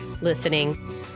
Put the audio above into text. listening